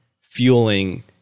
fueling